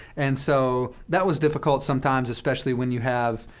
and so that was difficult sometimes, especially when you have,